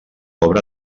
obra